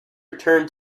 return